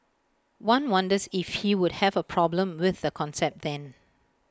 one wonders if he would have A problem with the concept then